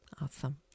Awesome